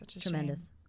Tremendous